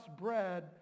bread